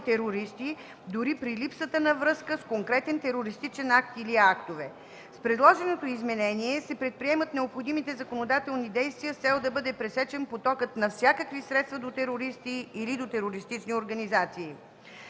терористи, дори при липсата на връзка с конкретен терористичен акт или актове. С предложеното изменение се предприемат необходимите законодателни действия с цел да бъде пресечен потокът на всякакви средства за терористи или до терористични организации.